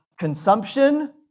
Consumption